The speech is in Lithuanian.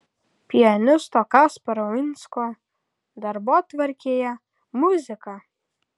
pianisto kasparo uinsko darbotvarkėje muzika